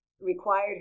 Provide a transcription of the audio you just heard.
required